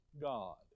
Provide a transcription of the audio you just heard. God